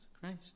Christ